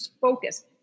focus